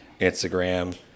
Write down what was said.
Instagram